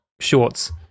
shorts